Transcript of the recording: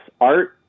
Art